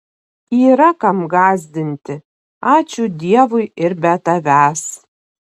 yra kam gąsdinti ačiū dievui ir be tavęs